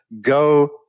go